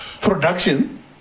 production